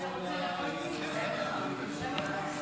אדוני היושב-ראש,